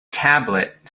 tablet